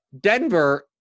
Denver